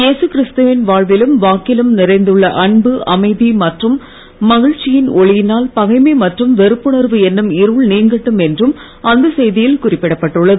ஏசு கிறிஸ்துவின் வாழ்விலும் வாக்கிலும் நிறைந்துள்ள அன்பு அமைதி மற்றும் மகிழ்ச்சியின் ஒளியினால் பகைமை மற்றும் வெறுப்புணர்வு என்னும் இருள் நீங்கட்டும் என்றும் அந்த செய்தியில் குறிப்பிடப்பட்டுள்ளது